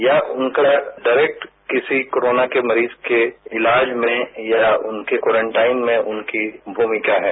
या उनका डायरेक्ट किसी कोरोना के मरीजके इलाज में या उनके क्वांरटाइन में उनकी भूमिका है